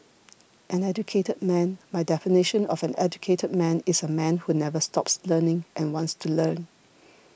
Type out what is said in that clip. an educated man my definition of an educated man is a man who never stops learning and wants to learn